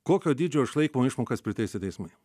kokio dydžio išlaikymo išmokas priteisia teismai